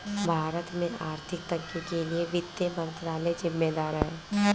भारत में आर्थिक तंगी के लिए वित्त मंत्रालय ज़िम्मेदार है